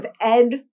Ed